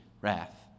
wrath